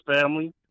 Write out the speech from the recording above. family